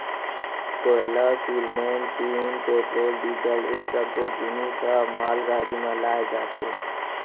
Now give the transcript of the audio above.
कोयला, सिरमिट, tin, petrol, diesel ए सब्बो जिनिस ह मालगाड़ी म लाए जाथे